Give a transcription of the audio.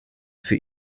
für